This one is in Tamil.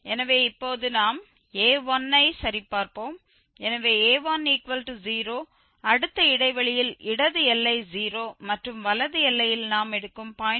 எனவே இப்போது நாம் a1 ஐ சரிபார்ப்போம் எனவே a10 அடுத்த இடைவெளியில் இடது எல்லை 0 மற்றும் வலது எல்லையில் நாம் எடுக்கும் 0